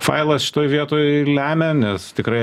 failas šitoj vietoj lemia nes tikrai